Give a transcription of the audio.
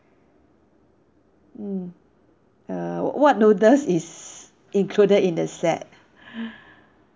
mm uh wh~ what noodles is included in the set